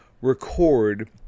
record